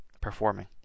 performing